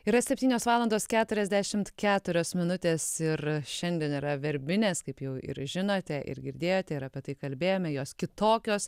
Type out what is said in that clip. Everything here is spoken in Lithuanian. yra septynios valandos keturiasdešimt keturios minutės ir šiandien yra verbinės kaip jau ir žinote ir girdėjote ir apie tai kalbėjome jos kitokios